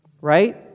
Right